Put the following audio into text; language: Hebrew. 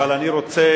אבל אני רוצה,